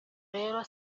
rero